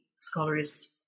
scholars